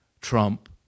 Trump